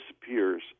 disappears